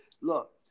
Look